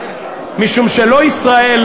משום שלא ישראל,